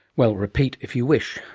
well, repeat if you wish.